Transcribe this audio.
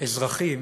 אזרחים